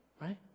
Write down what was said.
Right